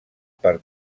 per